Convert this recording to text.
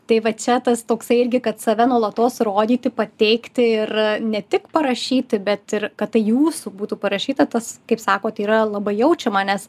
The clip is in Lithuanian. tai va čia tas toksai irgi kad save nuolatos rodyti pateikti ir ne tik parašyti bet ir kad tai jūsų būtų parašyta tas kaip sakot yra labai jaučiama nes